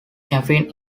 caffeine